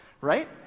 Right